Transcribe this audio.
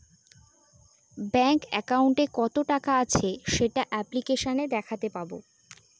bank একাউন্টে কত টাকা আছে সেটা অ্যাপ্লিকেসনে দেখাতে পাবো